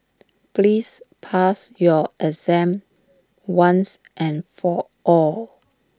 please pass your exam once and for all